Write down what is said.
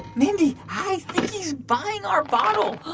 mindy, i think he's buying our bottle